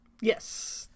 yes